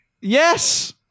Yes